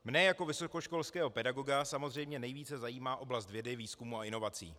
Mne jako vysokoškolského pedagoga samozřejmě nejvíce zajímá oblast vědy, výzkumu a inovací.